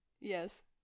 Yes